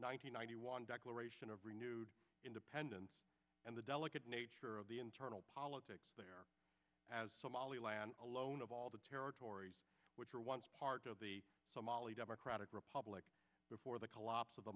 hundred ninety one declaration of renewed independence and the delicate nature of the internal politics there as somaliland alone of all the territories which were once part of the somali democratic public before the collapse of the